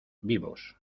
vivos